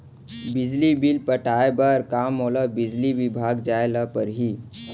बिजली बिल पटाय बर का मोला बिजली विभाग जाय ल परही?